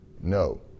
No